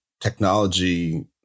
technology